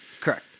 Correct